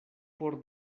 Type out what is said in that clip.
por